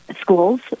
schools